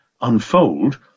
unfold